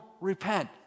repent